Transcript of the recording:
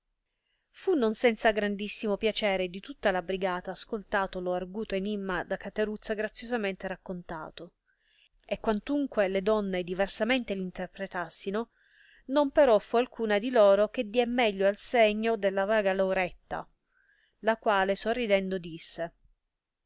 fu non senza grandissimo piacere di tutta la brigata ascoltato lo arguto enimma da cateruzza graziosamente raccontato e quantunque le donne diversamente l interpretassino non però fu alcuna di loro che die meglio al segno della vaga lauretta la quale sorridendo disse